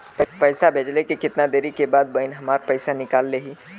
पैसा भेजले के कितना देरी के बाद बहिन हमार पैसा निकाल लिहे?